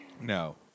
no